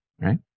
right